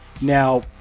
Now